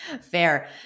Fair